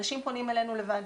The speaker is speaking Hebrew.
אנשים פונים אלינו לבד.